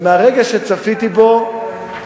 ומהרגע שצפיתי בו, יואל.